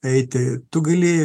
eiti tu gali